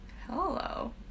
hello